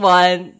one